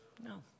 No